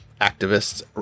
activists